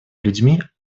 людьми